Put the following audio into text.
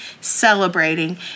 celebrating